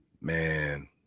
man